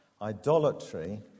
Idolatry